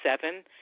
seven